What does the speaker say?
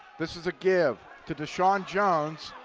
this is a give to deshawn jones,